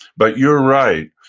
but you're right.